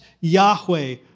Yahweh